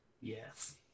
Yes